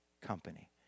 company